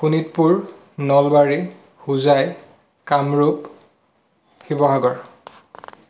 Sonitpur Nalbari Hojai Kamrup Sivasagar